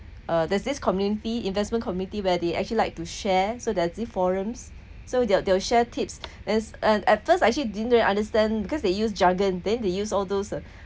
uh there's this community investment committee where they actually like to share so there's this forums so they'll they'll share tips then and at first I didn't really understand because they use jargon then they use all those uh